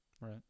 right